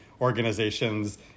organizations